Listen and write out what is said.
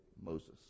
Moses